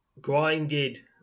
grinded